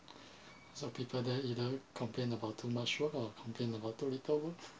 some people they either complain about too much work or complain about too little work